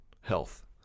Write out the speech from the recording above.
health